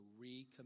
recommit